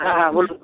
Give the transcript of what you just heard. হ্যাঁ হ্যাঁ বলুন